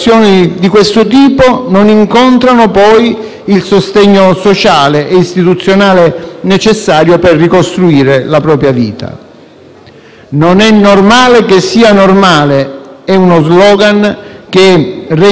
il sostegno sociale e istituzionale necessario per ricostruire la propria vita. «Non è normale che sia normale» è uno *slogan* che rende meglio di ogni altra cosa questa situazione.